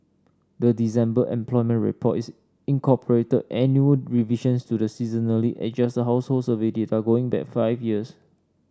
the December employment report is incorporated annual revisions to the seasonally adjusted household survey data going back five years